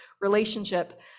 relationship